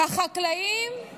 החקלאים,